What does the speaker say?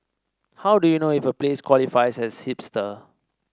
how do you know if a place qualifies as hipster